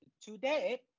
today